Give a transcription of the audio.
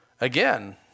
Again